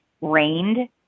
rained